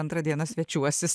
antrą dieną svečiuosis